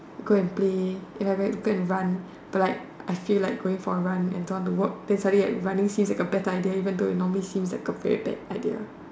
go and play if I have to go and run but like if I feel like going for a run and don't want to work then suddenly like running seems like a better idea even though it normally seems like a very bad idea